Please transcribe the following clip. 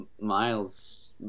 Miles